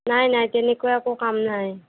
নাই নাই তেনেকুৱা একো কাম নাই